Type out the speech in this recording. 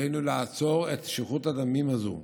עלינו לעצור את שפיכות הדמים הזאת.